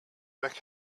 back